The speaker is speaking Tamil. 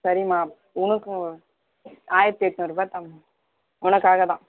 சரிம்மா உனக்கும் ஆயிரத்தி எட்நூறுபா தான்மா உனக்காக தான்